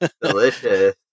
Delicious